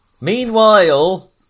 Meanwhile